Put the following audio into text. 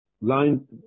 Line